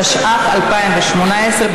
התשע"ח 2018,